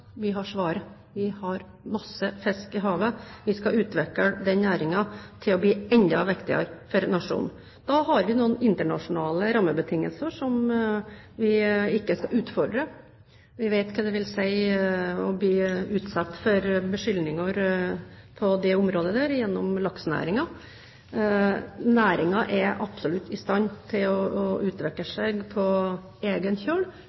Vi har svaret: Vi har masse fisk i havet. Vi skal utvikle den næringen til å bli enda viktigere for nasjonen. Da har vi noen internasjonale rammebetingelser som vi ikke skal utfordre. Vi vet hva det vil si å bli utsatt for beskyldninger på dette området – gjennom laksenæringen. Næringen er absolutt i stand til å utvikle seg på egen